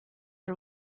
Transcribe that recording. del